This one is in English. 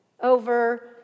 over